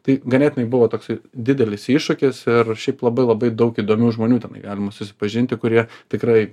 tai ganėtinai buvo toksai didelis iššūkis ir šiaip labai labai daug įdomių žmonių tenai galima susipažinti kurie tikrai